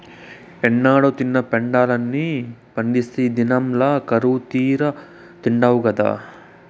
ఏనాడో తిన్న పెండలాన్ని పండిత్తే ఈ దినంల కరువుతీరా తిండావు గదా